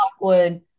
Lockwood